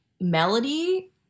melody